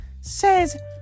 Says